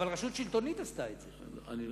אבל רשות שלטונית עשתה את זה.